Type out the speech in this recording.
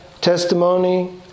testimony